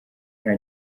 nta